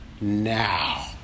now